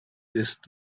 ist